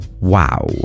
Wow